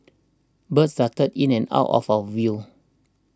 birds darted in and out of our view